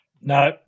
No